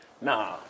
Nah